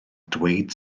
dweud